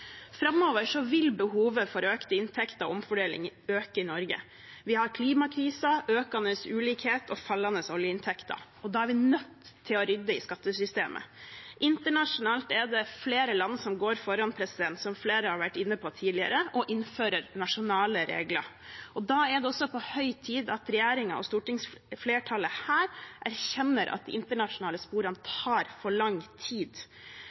Framover vil behovet for økte inntekter og omfordeling øke i Norge. Vi har klimakrisen, økende ulikhet og fallende oljeinntekter. Da er vi nødt til å rydde i skattesystemet. Internasjonalt er det flere land som går foran og innfører nasjonale regler, som flere har vært inne på tidligere. Da er det på høy tid at regjeringen og stortingsflertallet her erkjenner at de internasjonale sporene tar for lang tid.